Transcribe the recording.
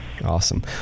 Awesome